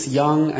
young